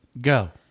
go